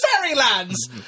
fairylands